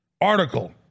article